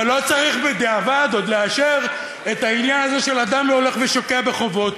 שלא צריך בדיעבד עוד לאשר את העניין הזה של אדם שהולך ושוקע בחובות.